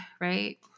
right